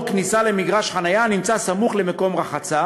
כניסה למגרש חניה הנמצא סמוך למקום רחצה